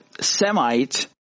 Semite